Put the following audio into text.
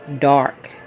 dark